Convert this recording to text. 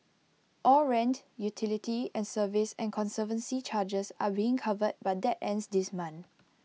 all rent utility and service and conservancy charges are being covered but that ends this month